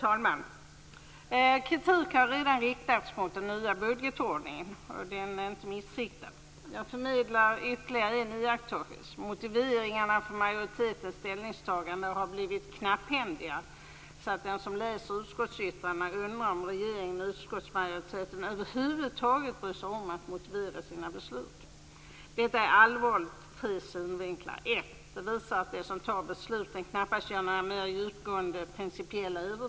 Herr talman! Kritik har redan riktats mot den nya budgetordningen, och den är inte missriktad. Jag förmedlar ytterligare en iakttagelse. Motiveringarna för majoritetens ställningstaganden har blivit så knapphändiga att den som läser utskottsyttrandet undrar om regeringen och utskottsmajoriteten över huvud taget bryr sig om att motivera sina beslut. Detta är allvarligt ur tre synvinklar. För det första visar det att de som fattar besluten knappast gör några mer djupgående principiella överväganden.